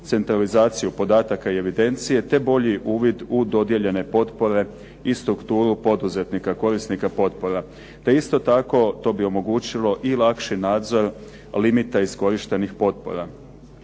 centralizaciju podataka i evidencije te bolji uvid u dodjeljene potpore i strukturu poduzetnika korisnika potpora te isto tako to bi omogućilo i lakši nadzor limita iskorištenih potpora.